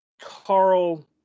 Carl